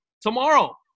Tomorrow